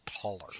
taller